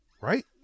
Right